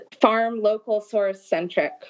farm-local-source-centric